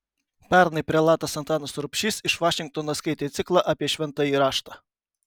pernai prelatas antanas rubšys iš vašingtono skaitė ciklą apie šventąjį raštą